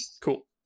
Cool